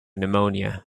pneumonia